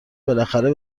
بالاخره